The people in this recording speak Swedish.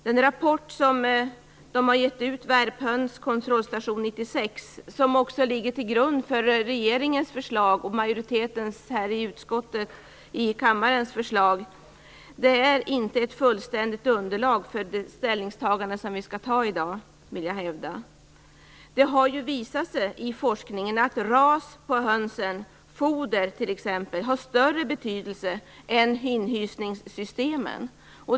Den rapport som man har givit ut - Värphöns kontrollstation 1996 - som också ligger till grund för regeringens förslag och utskottsmajoritetens förslag är inte ett fullständigt underlag för det ställningstagande vi skall göra i dag, vill jag hävda. Det har ju visat sig i forskningen att t.ex. hönsrasen och foder har större betydelse än inhysningssystemen.